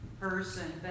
person